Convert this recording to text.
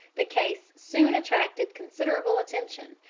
the case soon attracted considerable attention,